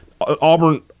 Auburn